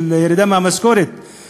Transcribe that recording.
של הורדה מהמשכורת,